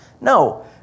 No